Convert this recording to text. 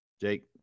Jake